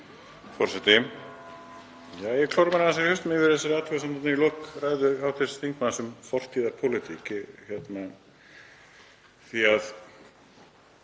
því að